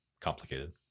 complicated